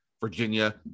Virginia